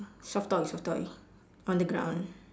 soft toy soft toy on the ground